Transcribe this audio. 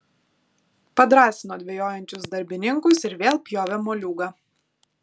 padrąsino dvejojančius darbininkus ir vėl pjovė moliūgą